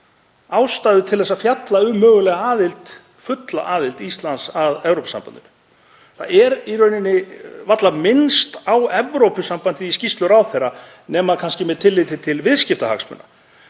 tíma til að fjalla um mögulega aðild, fulla aðild, Íslands að Evrópusambandinu. Varla er minnst á Evrópusambandið í skýrslu ráðherra nema kannski með tilliti til viðskiptahagsmuna